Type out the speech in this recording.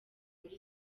muri